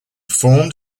formed